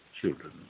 children